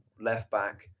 left-back